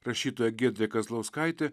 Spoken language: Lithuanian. rašytoja giedrė kazlauskaitė